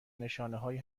نشانههایی